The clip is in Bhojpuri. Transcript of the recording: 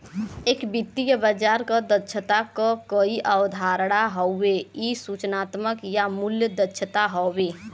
एक वित्तीय बाजार क दक्षता क कई अवधारणा हउवे इ सूचनात्मक या मूल्य दक्षता हउवे